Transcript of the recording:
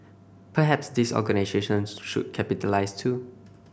perhaps these organisations should capitalise too